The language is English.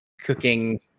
cooking